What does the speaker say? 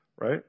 right